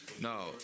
No